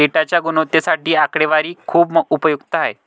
डेटाच्या गुणवत्तेसाठी आकडेवारी खूप उपयुक्त आहे